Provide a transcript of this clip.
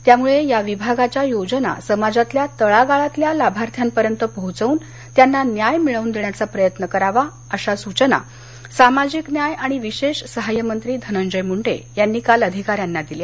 त्यामुळे या विभागाच्या योजना समाजातल्या तळागाळातल्या लाभार्थ्यापर्यंत पोहोचवून त्यांना न्याय मिळवून देण्याचा प्रयत्न करावा अशा सूचना सामाजिक न्याय आणि विशेष सहाय्य मंत्री धनंजय मुंडे यांनी अधिकाऱ्यांना दिल्या